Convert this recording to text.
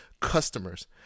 customers